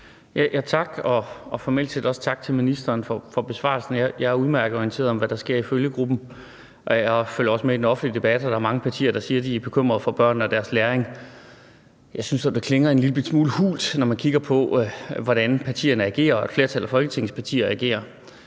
(V): Tak, og formelt set også tak til ministeren for besvarelsen. Jeg er udmærket orienteret om, hvad der sker i følgegruppen, og jeg følger også med i den offentlige debat, og der er mange partier, der siger, at de er bekymrede for børnene og deres læring. Jeg synes, det klinger en lille smule hult, når man kigger på, hvordan partierne agerer og et flertal af Folketingets partier agerer.